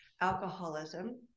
alcoholism